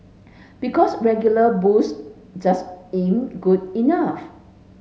because regular booze just ain't good enough